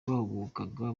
bahagurukaga